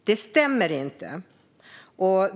Det stämmer inte.